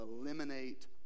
eliminate